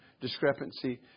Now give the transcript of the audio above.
discrepancy